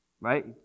right